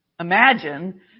Imagine